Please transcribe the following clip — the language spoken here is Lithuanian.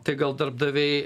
tai gal darbdaviai